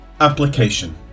Application